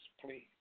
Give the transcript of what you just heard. please